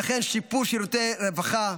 וכן שיפור שירותי רווחה,